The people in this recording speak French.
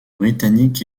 britanniques